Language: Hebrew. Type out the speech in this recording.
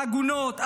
העגונות,